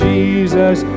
Jesus